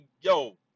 yo